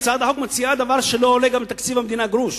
הצעת החוק מציעה דבר שלא עולה גם לתקציב המדינה גרוש.